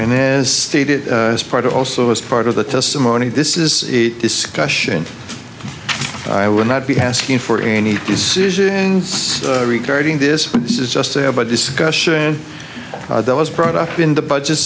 as part of also as part of the testimony this is a discussion i will not be asking for any decisions regarding this this is just to have a discussion that was brought up in the budget